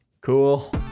Cool